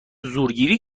زورگیری